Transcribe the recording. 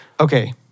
Okay